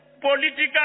political